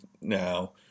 now